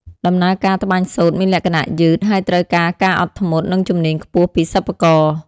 ដំណើរការ ត្បាញសូត្រ មានលក្ខណៈយឺត ហើយត្រូវការការអត់ធ្មត់ និងជំនាញខ្ពស់ពីសិប្បករ។